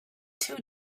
two